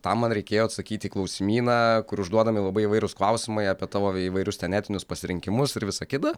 tam man reikėjo atsakyti į klausimyną kur užduodami labai įvairūs klausimai apie tavo įvairius ten etinius pasirinkimus ir visa kita